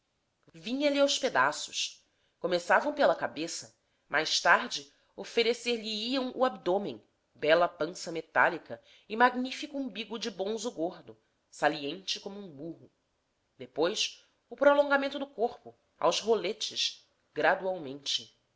estátua vinha-lhe aos pedaços começavam pela cabeça mais tarde oferecer lhe iam o abdome bela pança metálica e magnífico umbigo de bonzo gordo saliente como um marro depois o prolongamento do corpo aos roletes gradualmente